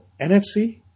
NFC